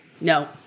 No